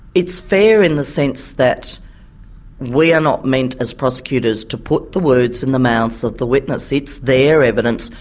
it's fair in the sense that we are not meant as prosecutors to put the words in the mouths of the witness. it's their evidence,